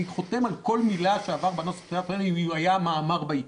אני חותם על כל מילה שעברה בקריאה הטרומית אילו זה היה מאמר בעיתון,